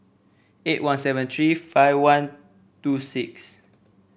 eight one seven three five one two six